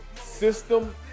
system